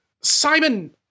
Simon